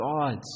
God's